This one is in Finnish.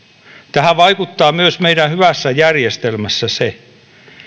tähän vaikuttaa myös meidän hyvässä järjestelmässä se